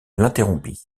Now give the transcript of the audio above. l’interrompit